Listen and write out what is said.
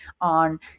on